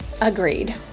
Agreed